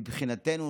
מבחינתנו,